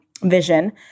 vision